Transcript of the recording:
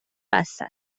بسته